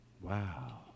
Wow